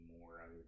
more